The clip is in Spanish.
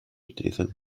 utilizan